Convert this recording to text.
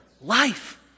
life